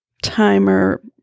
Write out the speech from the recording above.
timer